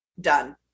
done